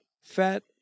fat